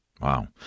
Wow